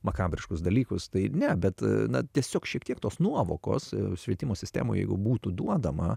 makabriškus dalykus tai ne bet na tiesiog šiek tiek tos nuovokos švietimo sistemoje jeigu būtų duodama